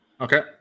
Okay